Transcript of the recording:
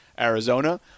Arizona